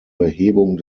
behebung